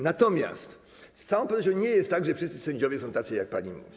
Natomiast z całą pewnością nie jest tak, że wszyscy sędziowie są tacy, jak pani mówi.